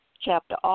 chapter